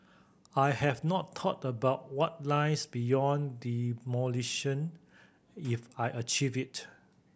I have not thought about what lies beyond demolition if I achieve it